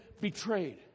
betrayed